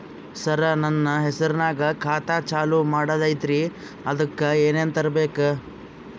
ಸರ, ನನ್ನ ಹೆಸರ್ನಾಗ ಖಾತಾ ಚಾಲು ಮಾಡದೈತ್ರೀ ಅದಕ ಏನನ ತರಬೇಕ?